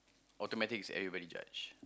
automatic is everybody judge